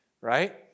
right